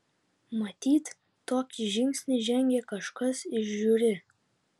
matyt tokį žingsnį žengė kažkas iš žiuri